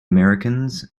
americans